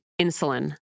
insulin